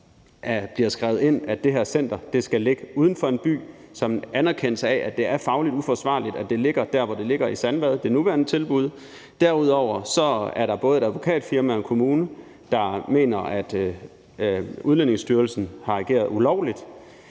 bliver skrevet ind, at det her center skal ligge uden for en by; en anerkendelse af, at det er fagligt uforsvarligt, at det ligger der, hvor det ligger i Sandvad, altså det nuværende tilbud. Derudover er der både et advokatfirma og en kommuner, der mener, at Udlændingestyrelsen har ageret ulovligt.